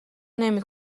نمی